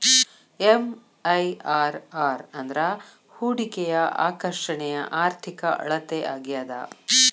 MIRR ಅಂದ್ರ ಹೂಡಿಕೆಯ ಆಕರ್ಷಣೆಯ ಆರ್ಥಿಕ ಅಳತೆ ಆಗ್ಯಾದ